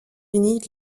unis